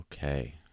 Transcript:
Okay